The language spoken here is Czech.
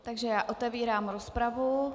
Takže já otevírám rozpravu.